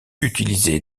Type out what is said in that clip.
utilisé